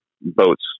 boats